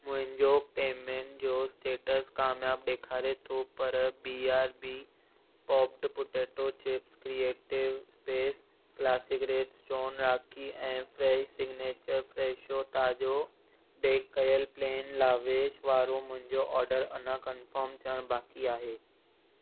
मुंहिंजो पेमेंट जो स्टेटस कामयाबु ॾेखारे थो पर B R B popped potato chips creative space classic red stone रखी ऐं फ़्रेश सिग्नेचर फ़्रेशो ताज़ो बेक कयलु प्लेन लावेश वारो मुंहिंजो ऑडर अञा कंफ़ॉम थियणु बाक़ी आहे